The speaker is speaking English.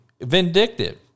vindictive